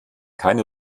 keine